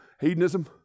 hedonism